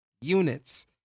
units